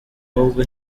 ahubwo